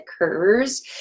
occurs